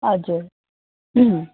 हजुर उम्